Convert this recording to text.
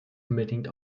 unbedingt